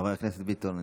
חבר הכנסת ביטון,